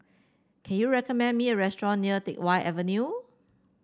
can you recommend me a restaurant near Teck Whye Avenue